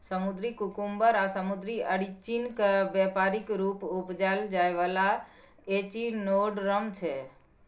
समुद्री कुकुम्बर आ समुद्री अरचिन केँ बेपारिक रुप उपजाएल जाइ बला एचिनोडर्म छै